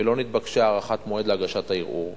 ולא נתבקשה הארכת מועד להגשת הערעור,